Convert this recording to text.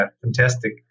fantastic